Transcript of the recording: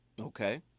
Okay